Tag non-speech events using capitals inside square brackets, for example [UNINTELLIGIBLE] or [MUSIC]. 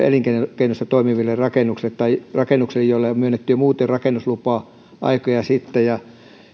[UNINTELLIGIBLE] elinkeinoissa toimiville rakennuksille tai rakennuksille joille on myönnetty jo muuten rakennuslupa aikoja sitten